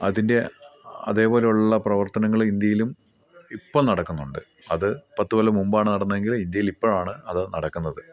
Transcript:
അതിൻ്റെ അതേ പോലെയുള്ള പ്രവർത്തനങ്ങൾ ഇന്ത്യയിലും ഇപ്പം നടക്കുന്നുണ്ട് അത് പത്ത് കൊല്ലം മുമ്പാണ് നടന്നെങ്കിൽ ഇന്ത്യയിൽ ഇപ്പോഴാണ് അത് നടക്കുന്നത്